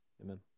Amen